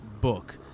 book